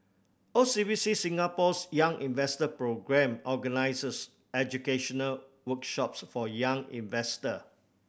O C B C Singapore's Young Investor Programme organizes educational workshops for young investor